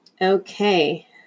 Okay